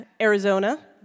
Arizona